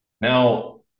Now